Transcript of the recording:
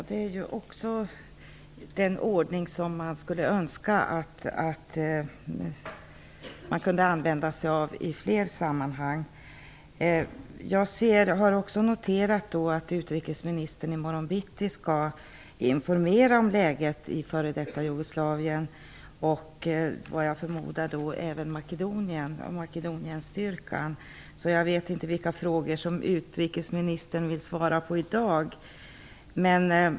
Fru talman! Det är en ordning som det vore önskvärt att man kunde använda i fler sammanhang. Jag har noterat att utrikesministern skall informera om läget i f.d. Jugoslavien i morgon bitti. Jag förmodar att det även gäller Makedonien och Makedonienstyrkan. Jag vet inte vilka frågor som utrikesministern vill svara på i dag.